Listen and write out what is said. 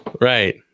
Right